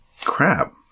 Crap